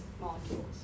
molecules